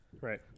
Right